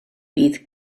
bydd